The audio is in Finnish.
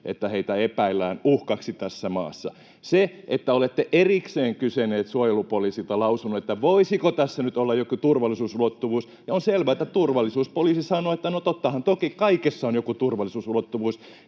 että heitä epäillään uhkaksi tässä maassa. Kun olette erikseen kysyneet suojelupoliisilta lausunnon siitä, voisiko tässä nyt olla joku turvallisuusulottuvuus, niin on selvää, että turvallisuuspoliisi sanoo, että no tottahan toki kaikessa on joku turvallisuusulottuvuus.